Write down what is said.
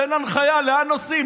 תן הנחיה לאן נוסעים.